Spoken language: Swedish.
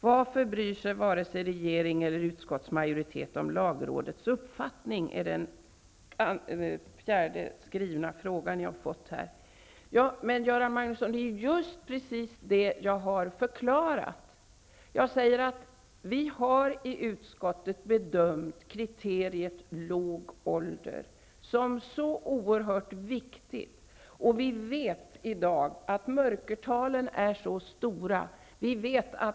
Varför bryr sig varken regeringen eller utskottsmajoriteten om lagrådets uppfattning? Det är den fjärde skrivna frågan till mig. Ja, Göran Magnusson, det är precis det som jag har förklarat. Jag har ju sagt att vi i utskottet har bedömt kriteriet låg ålder som oerhört viktigt. Vi vet i dag att mörkertalen är mycket stora.